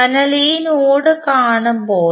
അതിനാൽ ഈ നോഡ് കാണുമ്പോൾ